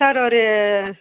sir ஒரு